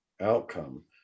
outcome